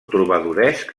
trobadoresc